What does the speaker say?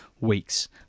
weeks